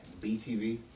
BTV